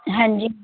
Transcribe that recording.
ਹਾਂਜੀ